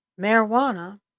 marijuana